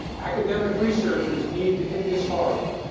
academic researchers need to hit this hard.